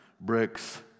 Bricks